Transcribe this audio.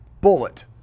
bullet